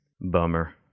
Bummer